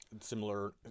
Similar